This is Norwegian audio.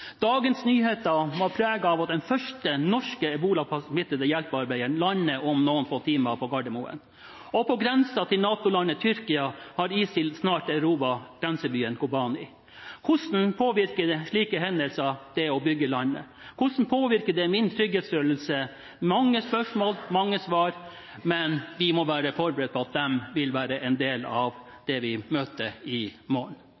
Dagens nyheter var preget av at den første norske ebolasmittede hjelpearbeideren lander om noen få timer på Gardermoen. Og på grensen til NATO-landet Tyrkia har ISIL snart erobret grensebyen Kobani. Hvordan påvirker slike hendelser det å bygge landet? Hvordan påvirker de min trygghetsfølelse? Det er mange spørsmål og mange svar, men vi må være forberedt på at de vil være en del av det vi møter i morgen.